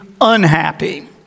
unhappy